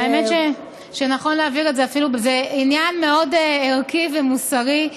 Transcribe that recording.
זה עניין מאוד ערכי ומוסרי,